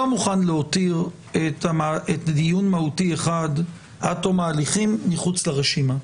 לא מוכן להותיר את הדיון המהותי האחד עד תום ההליכים מחוץ לרשימה.